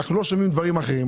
אנחנו לא שומעים דברים אחרים.